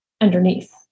underneath